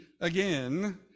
again